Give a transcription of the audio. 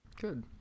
Good